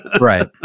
Right